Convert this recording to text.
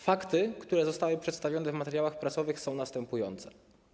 Fakty, które zostały przedstawione w materiałach prasowych, są następujące.